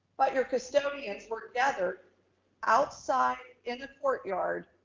but your custodians were together outside in the courtyard,